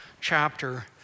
chapter